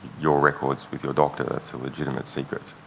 your records with your doctor that's a legitimate secret